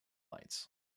lights